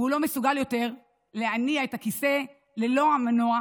והוא לא מסוגל יותר להניע את הכיסא של ילדו ללא המנוע,